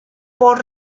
por